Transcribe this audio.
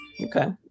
Okay